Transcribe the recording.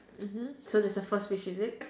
mmhmm so that's the first wish is it